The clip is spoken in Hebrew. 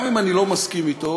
גם אם אני לא מסכים לו,